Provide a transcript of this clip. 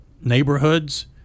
Neighborhoods